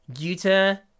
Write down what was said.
Guta